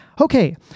okay